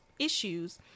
issues